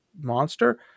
monster